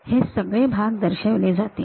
तर हे सगळे भाग दर्शविले जातील